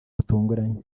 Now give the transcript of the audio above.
butunguranye